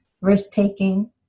risk-taking